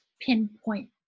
pinpoint